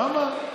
למה?